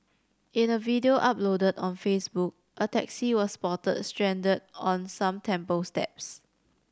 in a video uploaded on Facebook a taxi was spotted stranded on some temple steps